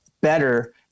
better